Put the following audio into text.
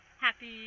Happy